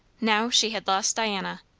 now she had lost diana.